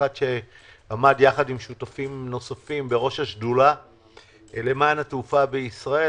כאחד שעמד יחד עם שותפים נוספים בראש השדולה למען התעופה בישראל,